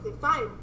Fine